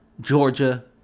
Georgia